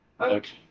Okay